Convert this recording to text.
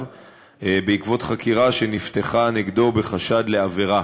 בעקבות חקירה שנפתחה נגדו בחשד לעבירה.